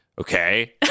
okay